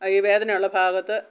ആ ഈ വേദനയുള്ള ഭാഗത്ത്